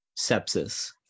sepsis